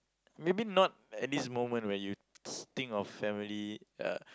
maybe not at this moment where you think of family uh